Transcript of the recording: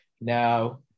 Now